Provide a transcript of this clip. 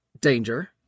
danger